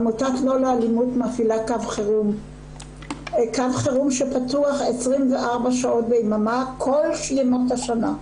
עמותת "לא לאלימות" מפעילה קו חרום שפתוח 24 שעות ביממה כל ימות השנה.